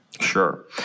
Sure